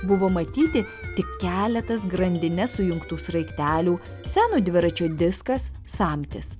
buvo matyti tik keletas grandine sujungtų sraigtelių seno dviračio diskas samtis